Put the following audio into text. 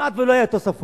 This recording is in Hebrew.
וכמעט שלא היו תוספות